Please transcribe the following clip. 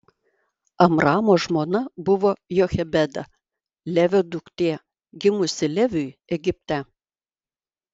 amramo žmona buvo jochebeda levio duktė gimusi leviui egipte